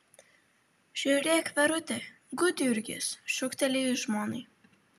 žiūrėk verute gudjurgis šūkteli jis žmonai